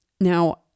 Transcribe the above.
Now